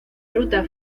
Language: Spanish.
ruta